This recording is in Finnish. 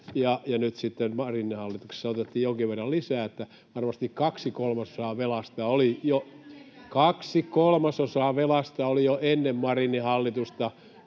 ja sitten Marinin hallituksessa otettiin jonkin verran lisää. Eli varmasti kaksi kolmasosaa velasta oli jo... [Sanna